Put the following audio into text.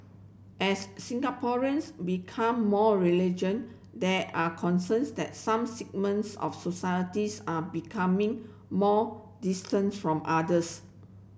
as Singaporeans become more religion there are concerns that some segments of societies are becoming more distant from others